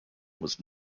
was